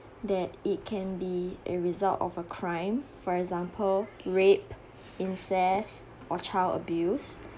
that it can be a result of a crime for example rape incest or child abuse